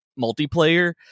multiplayer